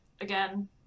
again